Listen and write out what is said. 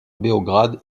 beograd